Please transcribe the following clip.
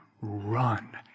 run